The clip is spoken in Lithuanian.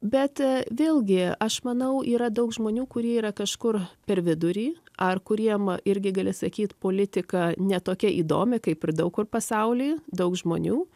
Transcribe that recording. bet vėlgi aš manau yra daug žmonių kurie yra kažkur per vidurį ar kuriem irgi gali sakyt politika ne tokia įdomi kaip ir daug kur pasauly daug žmonių